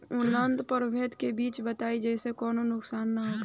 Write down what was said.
उन्नत प्रभेद के बीज बताई जेसे कौनो नुकसान न होखे?